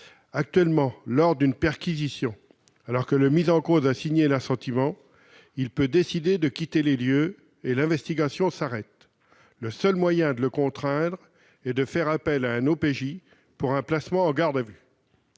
Actuellement, lors d'une perquisition, alors que le mis en cause a signé l'assentiment, il peut décider de quitter les lieux. L'investigation s'arrête alors. Le seul moyen de le contraindre est de faire appel à un OPJ pour un placement en garde à vue.